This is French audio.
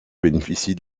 bénéficie